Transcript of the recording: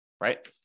right